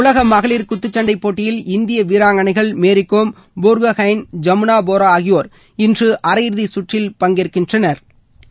உலக மகளிர் குத்துச்சண்டை போட்டியில் இந்திய வீராங்கணைகள் மேரி கோம் போர்கொஹைன் ஜமுனா போரா ஆகியோா் இன்று அரையிறுதி கற்றில் பங்கேற்கின்றனா்